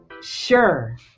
Sure